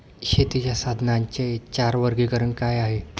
शेतीच्या साधनांचे चार वर्गीकरण काय आहे?